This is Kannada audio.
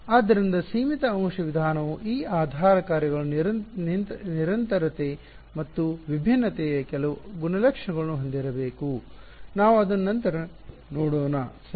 ಆದ್ದರಿಂದ ಸೀಮಿತ ಅಂಶ ವಿಧಾನವು ಈ ಆಧಾರ ಕಾರ್ಯಗಳು ನಿರಂತರತೆ ಮತ್ತು ವಿಭಿನ್ನತೆಯ ಕೆಲವು ಗುಣಲಕ್ಷಣಗಳನ್ನು ಹೊಂದಿರಬೇಕು ನಾವು ಅದನ್ನು ನಂತರ ನೋಡೋಣ ಸರಿ